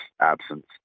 absence